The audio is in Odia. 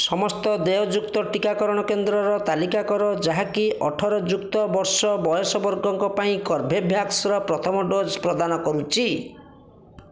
ସମସ୍ତ ଦେୟଯୁକ୍ତ ଟିକାକରଣ କେନ୍ଦ୍ରର ତାଲିକା କର ଯାହାକି ଅଠର ଯୁକ୍ତ ବର୍ଷ ବୟସ ବର୍ଗଙ୍କ ପାଇଁ କର୍ବେଭ୍ୟାକ୍ସ ର ପ୍ରଥମ ଡୋଜ୍ ପ୍ରଦାନ କରୁଛି